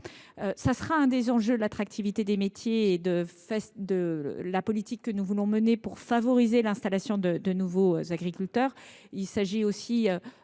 sont l’un des enjeux de l’attractivité des métiers et de la politique que nous voulons mener pour favoriser l’installation de nouveaux agriculteurs.